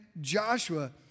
Joshua